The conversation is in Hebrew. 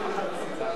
דחיית קצבה